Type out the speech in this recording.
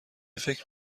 فکر